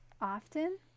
often